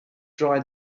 dry